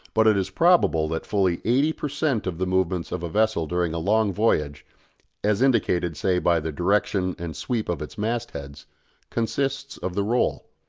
but it is probable that fully eighty per cent. of the movements of a vessel during a long voyage as indicated, say, by the direction and sweep of its mast-heads consists of the roll.